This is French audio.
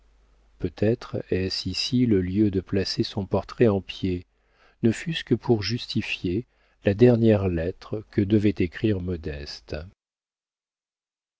peut-être est-ce ici le lieu de placer son portrait en pied ne fût-ce que pour justifier la dernière lettre que devait écrire modeste